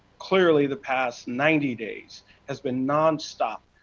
clearly the past ninety days has been nonstop,